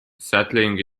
settling